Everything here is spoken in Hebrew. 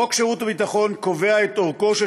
חוק שירות ביטחון קובע את אורכו של